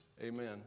Amen